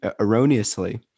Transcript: erroneously